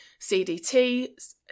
CDT